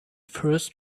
first